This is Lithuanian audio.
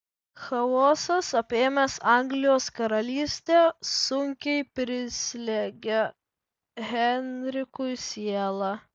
chaosas apėmęs anglijos karalystę sunkiai prislegia henrikui sielą